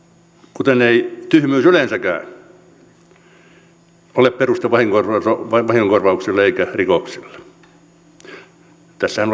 kuten ei tyhmyys yleensäkään ole peruste vahingonkorvaukselle eikä rikokselle tässähän